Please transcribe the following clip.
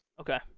Okay